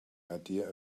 idea